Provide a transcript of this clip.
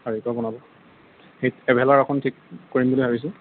কাৰিকৰে বনাব ট্ৰেভেলাৰ এখন ঠিক কৰিম বুলি ভাবিছোঁ